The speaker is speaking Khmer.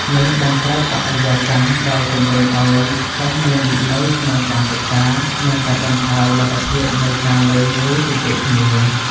នេះបង្កើតបរិយាកាសដែលជំរុញឲ្យសិស្សមានវិន័យក្នុងការសិក្សា និងកាត់បន្ថយលទ្ធភាពនៃការលេង ឬជជែកគ្នា។